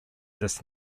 this